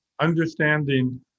understanding